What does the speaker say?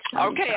Okay